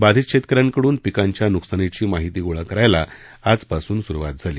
बाधित शेतकऱ्यांकडून पिकांच्या न्कसानीची माहिती गोळा करायला आजपासून स्रुवात झाली